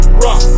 rock